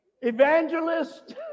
evangelist